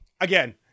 again